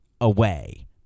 away